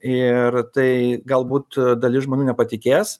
ir tai galbūt dalis žmonių nepatikės